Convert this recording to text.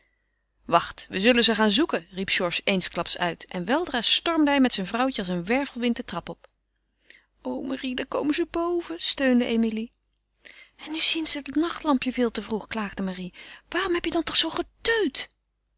wacht we zullen ze gaan zoeken riep georges eensklaps uit en weldra stormde hij met zijn vrouwtje als een wervelwind de trap op o marie daar komen ze boven steunde emilie en nu zien ze het nachtlampje veel te vroeg klaagde marie waarom heb je dan toch zoo geteut